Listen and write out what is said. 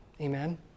Amen